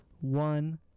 one